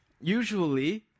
Usually